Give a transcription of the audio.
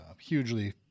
hugely